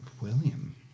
William